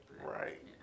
Right